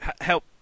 Help